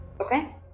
okay